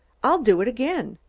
i'll do it again.